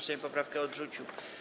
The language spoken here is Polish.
Sejm poprawkę odrzucił.